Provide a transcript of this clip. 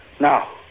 Now